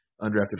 undrafted